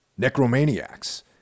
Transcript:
Necromaniacs